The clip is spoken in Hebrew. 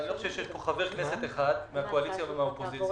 אני חושב שאין חבר כנסת אחד מן הקואליציה ומן האופוזיציה